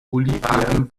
bolivien